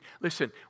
listen